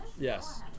Yes